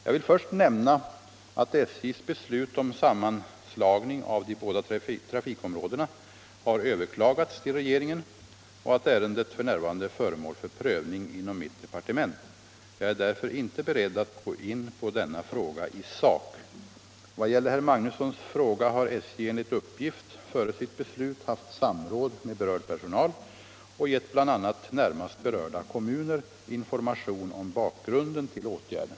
Jag vill först nämna att SJ:s beslut om sammanslagning av de båda trafikområdena har överklagats till regeringen och att ärendet f.n. är föremål för prövning inom mitt departement. Jag är därför inte beredd att gå in på denna fråga i sak. Vad gäller herr Magnussons fråga har SJ enligt uppgift före sitt beslut haft samråd med berörd personal och gett bl.a. närmast berörda kommuner information om bakgrunden till åtgärden.